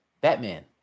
Batman